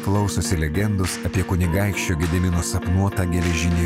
klausosi legendos apie kunigaikščio gedimino sapnuotą geležinį